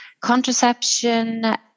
contraception